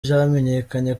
vyamenyekanye